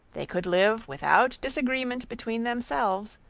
they could live without disagreement between themselves,